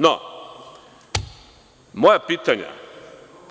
No, moje pitanja